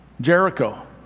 Jericho